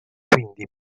quindi